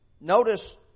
notice